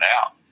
out